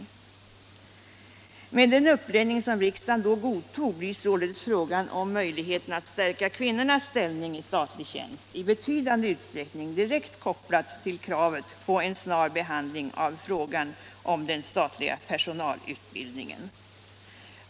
31 Med den uppläggning som riksdagen då godtog blir således möjligheterna att stärka kvinnornas ställning i statlig tjänst i betydande utsträckning direkt kopplade till kravet på en snar behandling av frågan om den statliga personalutbildningen.